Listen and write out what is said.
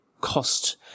cost